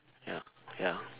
ya ya